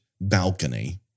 balcony